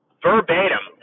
verbatim